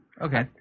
Okay